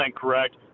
correct